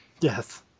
yes